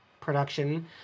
production